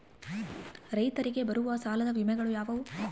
ರೈತರಿಗೆ ಬರುವ ಸಾಲದ ವಿಮೆಗಳು ಯಾವುವು?